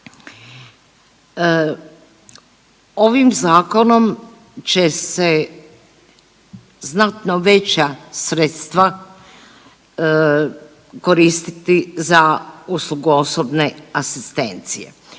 Ovim zakonom će se znatno veća sredstva koristiti za uslugu osobne asistencije.